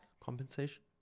compensation